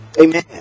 Amen